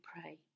pray